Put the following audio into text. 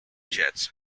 jets